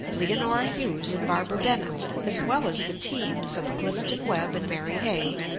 leonora hughes and barbara bennett, as well as the teams of clifton webb and mary hay,